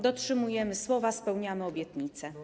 Dotrzymujemy słowa, spełniamy obietnice.